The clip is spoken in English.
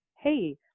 hey